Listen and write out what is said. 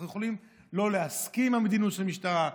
אנחנו יכולים שלא להסכים למדיניות של המשטרה,